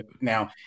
now